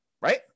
right